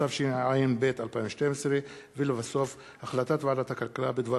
התשע"ב 2012. החלטת ועדת הכלכלה בדבר